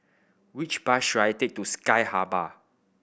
which bus should I take to Sky Habitat